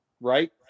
right